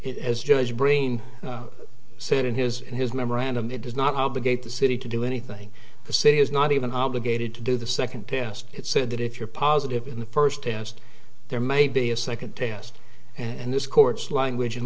as judge brain said in his in his memorandum it does not obligate the city to do anything the city is not even obligated to do the second test it's said that if you're positive in the first test there may be a second test and this court's language and